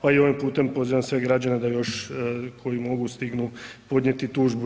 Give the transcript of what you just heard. Pa i ovim putem pozivam sve građane da još koji mogu stignu podnijeti tužbu.